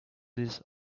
this